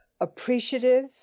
appreciative